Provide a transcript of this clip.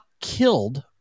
killed